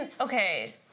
okay